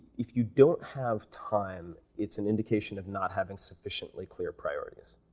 if you don't have time, it's an indication of not having sufficiently clear priorities.